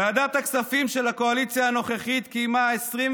ועדת הכספים של הקואליציה הנוכחית קיימה 29